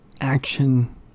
action